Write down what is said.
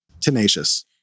Tenacious